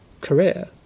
career